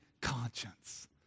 conscience